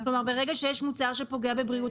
כלומר ברגע שיש מוצר שפוגע בבריאות